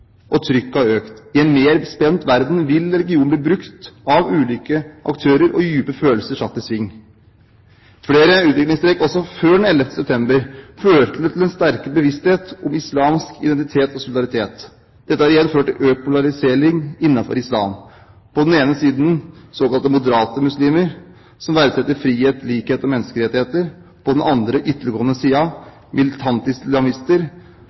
og trykket økte. I en mer spent verden vil religion bli brukt av ulike aktører, og dype følelser bli satt i sving. Flere utviklingstrekk også før den 11. september førte til en sterkere bevissthet om islamsk identitet og solidaritet. Dette har igjen ført til økt polarisering innenfor islam – på den ene siden såkalte moderate muslimer, som verdsetter frihet, likhet og menneskerettigheter, og på den andre ytterliggående